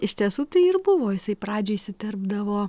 iš tiesų tai ir buvo jisai pradžioj įsiterpdavo